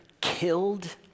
killed